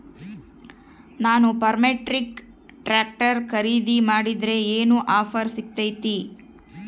ನಾನು Farmtrac tractor ಖರೇದಿ ಮಾಡಿದ್ರೆ ಏನು ಆಫರ್ ಸಿಗ್ತೈತಿ?